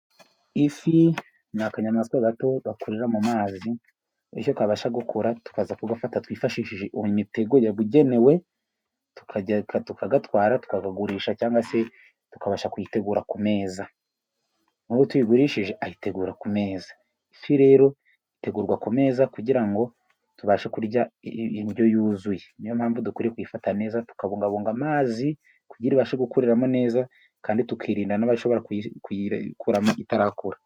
Ifi ni akanyamaswa gato gakurera mu mazi, bityo kabasha gukura tukaza kugafata twifashishije imitego yabugenewe, tukagatwara tukakagurisha cyangwa se tukabasha kuyitegura ku meza, uwo tuyigurishije ayitegura ku meza, ifi rero itegurwa ku meza kugira ngo tubashe kurya indyo yuzuye, ni yo mpamvu dukwiye kuyifata neza tubungabunga amazi, kugira ngo ibashe gukuriramo neza, kandi tukirinda n'abashobora kuyikuramo itarakura.